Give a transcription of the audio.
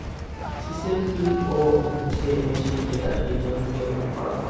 chisel plough হচ্ছে machine যেটা দিয়ে জমিকে ভাগ করা হয়